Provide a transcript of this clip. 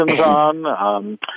on